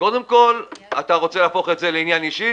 קודם כול, אתה רוצה להפוך את זה לעניין אישי?